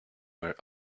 were